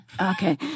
Okay